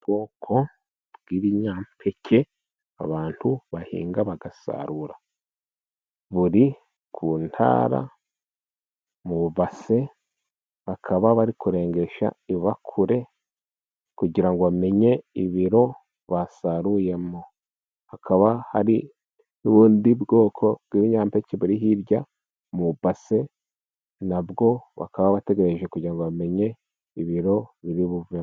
Ubwoko bw'ibinyampeke abantu bahinga bagasarura，buri ku ntara mu ibase， bakaba bari kurengesha ibakure，kugira ngo bamenye ibiro basaruyemo，hakaba hari n'ubundi bwoko bw'ibyampeke， buri hirya mu ibase， nabwo bakaba bategereje kugira ngo bamenye ibiro biri buvemo.